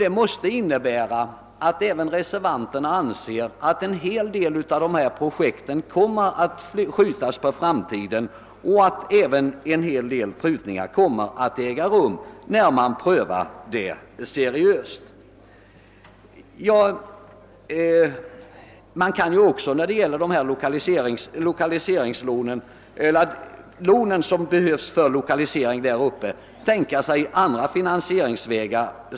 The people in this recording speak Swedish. Detta måste innebära att även reservanterna anser att en hel del av projekten kommer att skjutas på framtiden och prutningar kommer att göras, när ärendena prövas seriöst. När det gäller de lån som behövs för lokalisering i Norrland kan man också tänka sig att pröva andra finansieringsvägar.